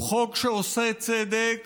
הוא חוק שעושה צדק